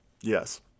yes